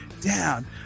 down